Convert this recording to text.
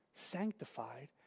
sanctified